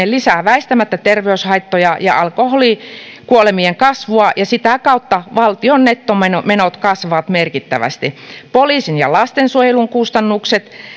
lisää väistämättä terveyshaittoja ja alkoholikuolemien kasvua ja sitä kautta valtion nettomenot kasvavat merkittävästi poliisin ja lastensuojelun kustannukset